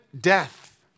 death